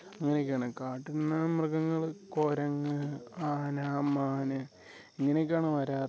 അങ്ങനെയൊക്കെയാണ് കാട്ടിന്ന് മൃഗങ്ങൾ കുരങ്ങ് ആന മാൻ ഇങ്ങനെയൊക്കെയാണ് വരാറ്